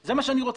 זה מה שאני רוצה,